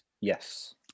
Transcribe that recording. Yes